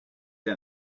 and